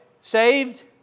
Saved